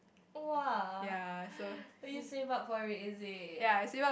!wah! like you say bug for it is it